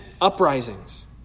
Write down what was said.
Uprisings